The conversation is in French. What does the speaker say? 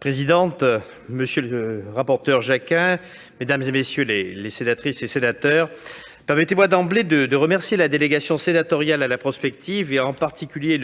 présidente, monsieur le rapporteur, mesdames les sénatrices, messieurs les sénateurs, permettez-moi d'emblée de remercier la délégation sénatoriale à la prospective, en particulier